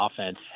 offense